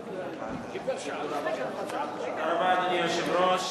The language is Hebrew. רבה, אדוני היושב-ראש.